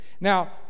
Now